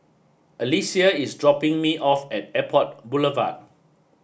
Alesia is dropping me off at Airport Boulevard